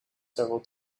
several